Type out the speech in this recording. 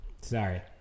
Sorry